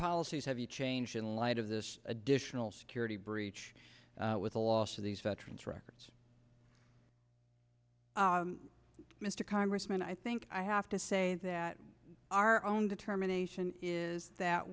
policies have you changed in light of this additional security breach with the loss of these veterans records mr congressman i think i have to say that our own determination is that